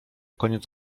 koniec